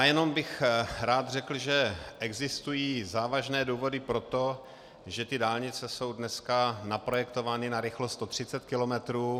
Jenom bych rád řekl, že existují závažné důvody pro to, že ty dálnice jsou dneska naprojektovány na rychlost 130 km.